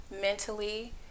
mentally